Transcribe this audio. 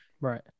Right